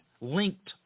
linked